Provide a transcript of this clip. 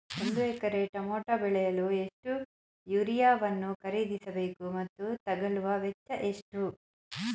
ಒಂದು acre tomato ಬೆಳೆಯಲು ಎಷ್ಟು ಯೂರಿಯಾವನ್ನು ಖರೀದಿಸ ಬೇಕು ಮತ್ತು ತಗಲುವ ವೆಚ್ಚ ಎಷ್ಟು?